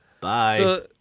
Bye